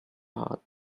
are